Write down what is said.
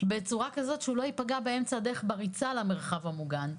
בצורה כזאת שהם לא ייפגעו באמצע הדרך בריצה למרחב המוגן.